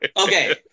Okay